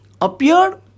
appeared